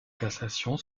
cassation